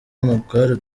w’amagare